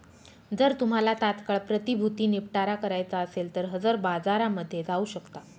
जर तुम्हाला तात्काळ प्रतिभूती निपटारा करायचा असेल तर हजर बाजारामध्ये जाऊ शकता